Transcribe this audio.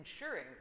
ensuring